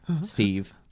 Steve